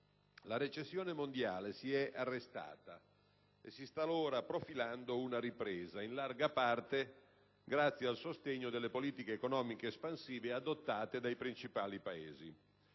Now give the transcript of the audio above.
«la recessione mondiale si è arrestata e si sta ora profilando una ripresa, in larga parte grazie al sostegno delle politiche economiche espansive adottate dai principali Paesi».